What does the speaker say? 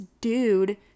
dude